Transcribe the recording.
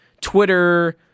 Twitter